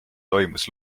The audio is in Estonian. toimus